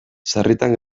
sarritan